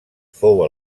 fou